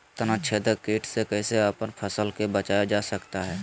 तनाछेदक किट से कैसे अपन फसल के बचाया जा सकता हैं?